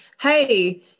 Hey